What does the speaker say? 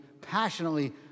passionately